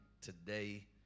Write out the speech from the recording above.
today